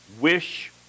Wish